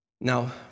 Now